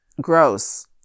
gross